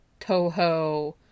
Toho